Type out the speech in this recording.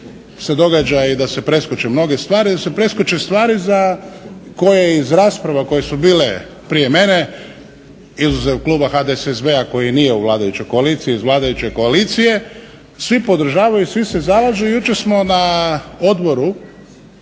se događa da se preskoče mnoge stvari, da se preskoče stvari za koje iz rasprava koje su bile prije mene, izuzev kluba HDSSB-a koji nije u vladajućoj koaliciji, iz vladajuće koalicije svi podržavaju i svi se zalažu. Jučer smo na odboru